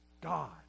God